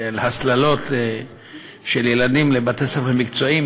של הסללות של ילדים לבתי-ספר מקצועיים,